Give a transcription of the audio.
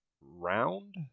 round